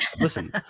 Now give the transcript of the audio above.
Listen